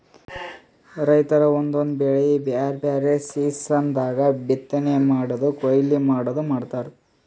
ರೈತರ್ ಒಂದೊಂದ್ ಬೆಳಿ ಬ್ಯಾರೆ ಬ್ಯಾರೆ ಸೀಸನ್ ದಾಗ್ ಬಿತ್ತನೆ ಮಾಡದು ಕೊಯ್ಲಿ ಮಾಡದು ಮಾಡ್ತಾರ್